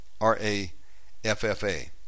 R-A-F-F-A